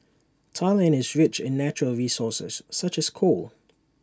Thailand is rich in natural resources such as coal